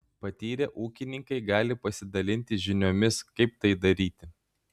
patyrę ūkininkai gali pasidalinti žiniomis kaip tai daryti